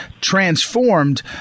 transformed